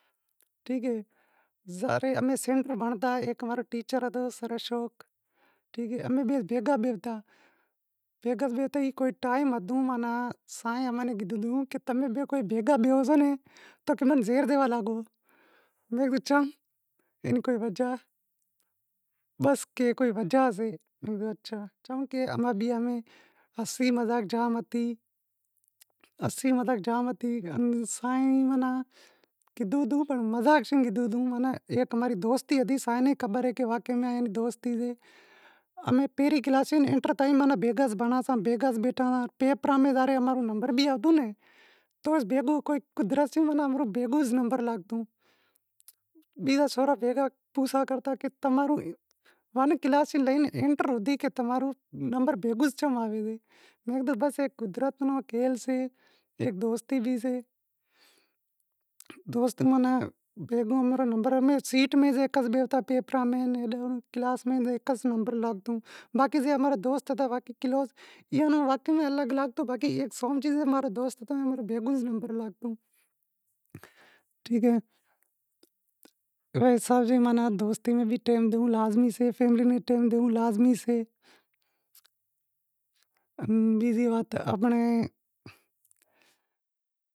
ٹھیک اے سندھ میں بھنڑتا، امارو ٹیچر ہتو سر اشوک، امیں بھئیگا بیستا سائیں امیں کہیو کہ تمیں بئی بھیگا بیہو تھا تو امیں زہر جیوا لاگو تا، امیں کہیو چاں؟ انی کو وجہ؟ بس کوئی وجہ سے، چمہ کہ ہانسی مذاق جام ہتی، سائیں امیں کیدہو ہتو تو مزاق چوں کیدہو ہتو، ہیک اماری دوستی ہتی، سائیں ناں بھی خبر اے کہ واقئی ای دوست ایئں، اماری پہری کلاس سیں انٹر تائیں ماناں بھیگا بھنڑاسیں، بھیگا بیٹھا سیں، پیپراں میں بھی امارو نمبر لاگتو تو بھی بھیگو نمبر لاگتو، بیزا سورا پوسا کرتا کہ پہلریں سیں لائے انٹر سوندھیں تمارو نمبر بھیگو شوں آوے؟ بس ایک قسمت رو کھیل سے، ہیک دوستی سے، باقی سے امارا دوست ہتا کلوز پر سومجی سے امارو دوست تو دوستی میں ڈینڑو شے۔